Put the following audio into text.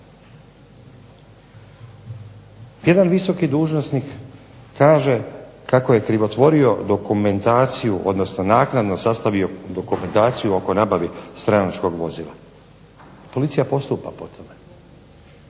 Jedan visoki dužnosnik kaže kako je krivotvorio dokumentaciju, odnosno naknadno sastavio dokumentaciju oko nabave stranačkog vozila. Policija postupa po tome.